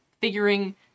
figuring